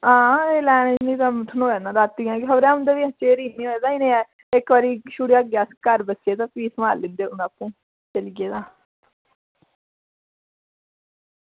हां एह् लैने ई थ्होऐ निं रातीं खबरै उं'दे बी चिर निं होवै ते इक्क बारी छुड़गे अस बच्चे ते सम्हालगे आपूं